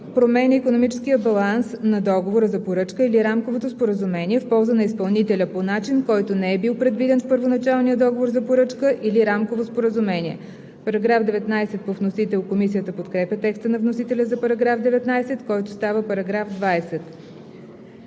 променя икономическия баланс на договора за поръчка или рамковото споразумение в полза на изпълнителя по начин, който не е бил предвиден в първоначалния договор за поръчка или рамково споразумение.“ Комисията подкрепя текста на вносителя за § 19, който става § 20.